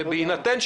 בהינתן,